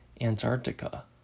Antarctica